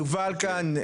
יובל כאן,